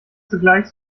zugleich